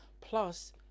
plus